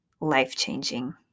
life-changing